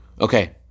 Okay